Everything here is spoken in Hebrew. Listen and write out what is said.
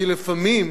שלפעמים